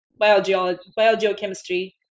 biogeochemistry